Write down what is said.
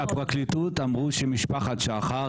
הפרקליטות אמרו שמשפחת שחר,